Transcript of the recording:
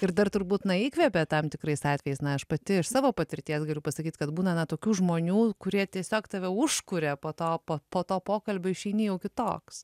ir dar turbūt na įkvepia tam tikrais atvejais na aš pati iš savo patirties galiu pasakyt kad būna na tokių žmonių kurie tiesiog tave užkuria po to po to pokalbio išeini jau kitoks